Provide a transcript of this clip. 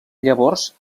llavors